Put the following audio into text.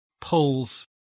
pulls